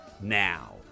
Now